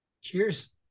Cheers